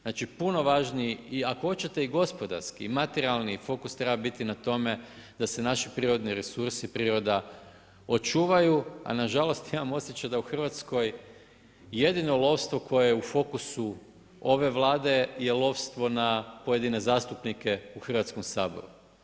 Znači, puno važniji, i ako hoćete i gospodarski i materijalni fokus treba biti na tome da se naši prirodni resursi, priroda očuvaj, a nažalost, imam osjećaj da u Hrvatskoj jedino lovstvo koje je u fokusu ove Vlade je lovstvo na pojedine zastupnike u Hrvatskom saboru.